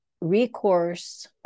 recourse